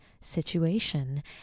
situation